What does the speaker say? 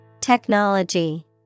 Technology